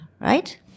right